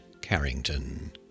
Carrington